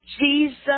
Jesus